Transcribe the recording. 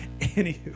Anywho